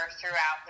throughout